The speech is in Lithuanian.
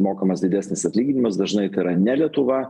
mokamas didesnis atlyginimas dažnai tai yra ne lietuva